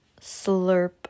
Slurp